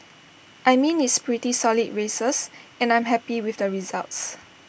I mean it's pretty solid races and I'm happy with the results